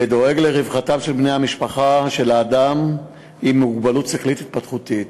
והוא דואג לרווחתם של בני המשפחה של האדם עם המוגבלות השכלית-התפתחותית.